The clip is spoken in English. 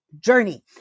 journey